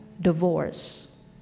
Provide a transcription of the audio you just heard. Divorce